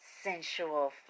sensual